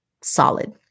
solid